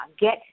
get